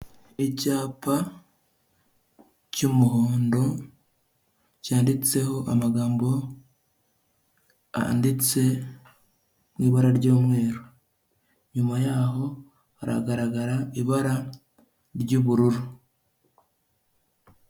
Icyapa cy'umuhondo cyanditseho amagambo yanditse mu ibara ry'umweru, inyuma yaho hagaragara ibara ry'ubururu.